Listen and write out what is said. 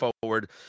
forward